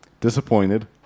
disappointed